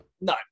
No